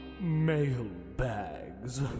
mailbags